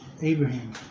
Abraham